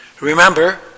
Remember